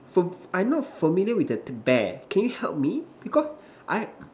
fam~ I not familiar with the the bear can you help me because I